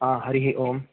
हरिः ओम्